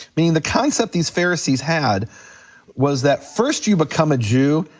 mean, the concept these pharisees had was that first you become a jew,